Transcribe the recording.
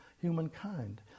humankind